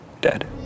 dead